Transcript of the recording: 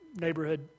neighborhood